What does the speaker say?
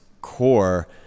core